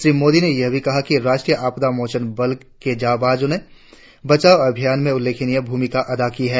श्री मोदी ने यह भी कहा कि राष्ट्रीय आपदा मोचन बल के जांबाजो ने बचाव अभियान में उल्लेखनीय भूमिका अदा की है